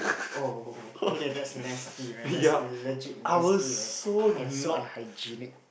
ohh okay that's nasty man that's legit nasty man and so unhygienic